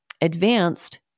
Advanced